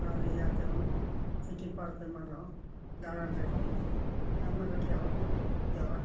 ᱟᱨ ᱤᱭᱟᱹ ᱛᱮᱦᱚᱸ city park ᱮᱢᱟᱱ ᱨᱮᱦᱚᱸ ᱫᱟᱬᱟᱱ ᱨᱮᱠᱚ ᱟᱭᱢᱟ ᱜᱚᱴᱮᱜ ᱦᱚᱲ ᱠᱚ ᱡᱟᱣᱨᱟᱜ ᱠᱟᱱ